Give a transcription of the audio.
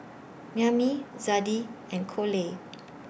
Maymie Zadie and Coley